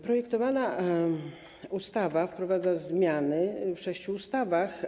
Projektowana ustawa wprowadza zmiany w sześciu ustawach.